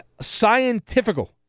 Scientifical